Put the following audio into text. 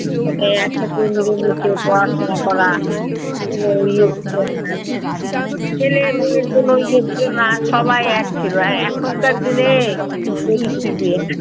মানে এক সাথে মিলেমিশে পড়াশোনা করা কোনো ইয়ে ছিলো না ছেলে মেয়ের কোনো ইয়ে ছিলো না সবাই এক ছিলো আর এখনকার দিনে কি পরিস্থিতি হ্যাঁ